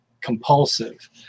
compulsive